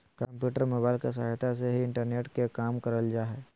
computer, mobile के सहायता से ही इंटरनेट के काम करल जा हय